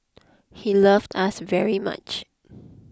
he loved us very much